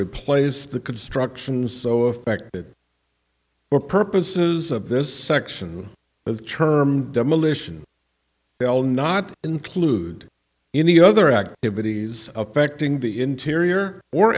replace the constructions so affect that for purposes of this section with term demolition they'll not include any other activities affecting the interior or